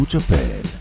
Japan